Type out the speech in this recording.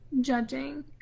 judging